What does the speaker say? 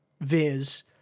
Viz